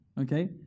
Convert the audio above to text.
Okay